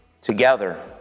together